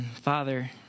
Father